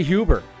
Huber